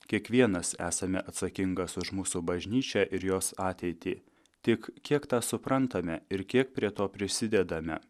kiekvienas esame atsakingas už mūsų bažnyčią ir jos ateitį tik kiek tą suprantame ir kiek prie to prisidedame